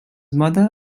mother